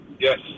Yes